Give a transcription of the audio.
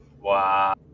wow